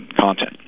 content